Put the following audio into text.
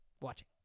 watching